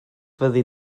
fyddi